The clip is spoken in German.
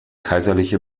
kaiserliche